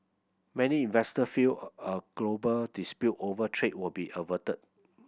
many investor feel a a global dispute over trade will be averted